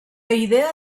idea